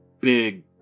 big